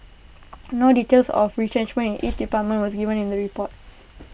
no details of retrenchment in each department was given in the report